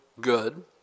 good